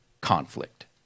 conflict